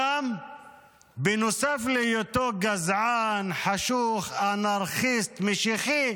בנוסף להיותו גזען, חשוך, אנרכיסט, משיחי,